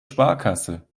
sparkasse